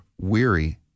weary